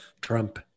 Trump